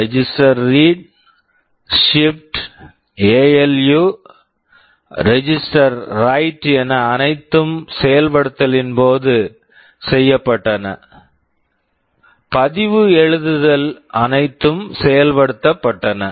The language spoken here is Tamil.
register register read read shift shift ALU ALU register register write write என அனைத்தும் செயல் படுத்தலின் போது செய்யப்பட்டன பதிவு எழுதுதல் அனைத்தும் செயல்படுத்தப்பட்டன